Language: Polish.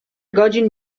godzin